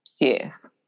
Yes